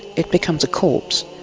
it becomes a corpse,